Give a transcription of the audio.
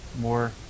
more